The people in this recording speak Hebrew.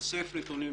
שאוסף נתונים,